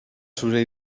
zeure